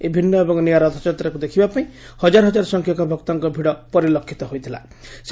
ଏହି ଭିନ୍ନ ଏବଂ ନିଆରା ରଥଯାତ୍ରାକୁ ଦେଖିବା ପାଇଁ ହଜାର ହଜାର ସଖ୍ୟକ ଭକ୍ତଙ୍କ ଭିଡ ପରିଲକ୍ଷିତ ହୋଇଥାଏ